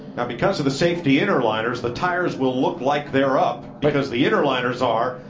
because of the safety inner liners the tires will look like they're up because the inner liners are.